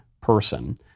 person